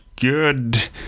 good